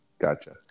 gotcha